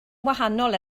wahanol